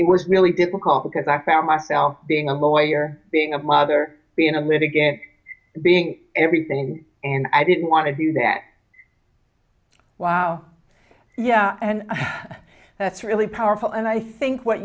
it was really difficult because i found myself being a lawyer being a mother being a litigant being everything and i didn't want to do that wow yeah and that's really powerful and i think what